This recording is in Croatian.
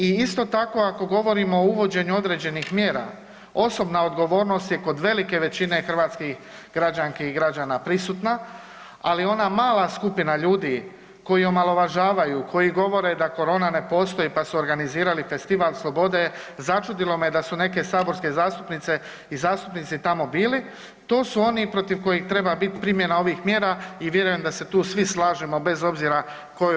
I isto tako ako govorimo o uvođenju određenih mjera, osobna odgovornost je kod velike većine hrvatskih građanki i građana prisutna, ali ona mala skupina ljudi koji omalovažavaju, koji govore da korona ne postoje pa su organizirali festival slobode začudilo me da su neke saborske zastupnice i zastupnici tamo bili, to su oni protiv kojih treba biti primjena ovih mjera i vjerujem da se tu svi slažemo bez obzira kojoj političkoj opciji pripadamo.